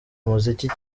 umuziki